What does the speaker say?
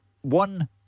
one